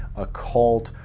occult,